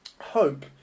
Hope